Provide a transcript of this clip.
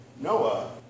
Noah